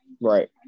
Right